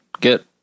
get